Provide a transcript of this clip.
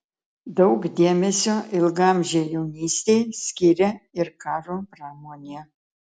daug dėmesio ilgaamžei jaunystei skiria ir karo pramonė